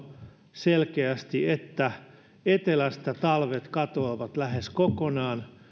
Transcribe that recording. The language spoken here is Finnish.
selkeästi että etelästä talvet katoavat lähes kokonaan